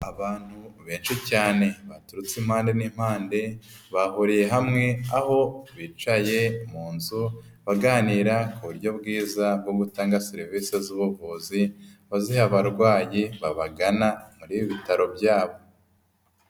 Abantu benshi cyane baturutse impande n'impande, bahuriye hamwe aho bicaye mu nzu baganira ku buryo bwiza bwo gutanga serivisi z'ubuvuzi, baziha abarwayi babagana muri ibi bitaro byabo.